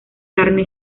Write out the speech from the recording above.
carne